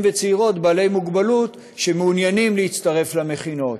וצעירות בעלי מוגבלות שמעוניינים להצטרף למכינות.